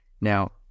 Now